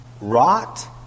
rot